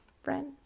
friends